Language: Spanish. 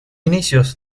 inicios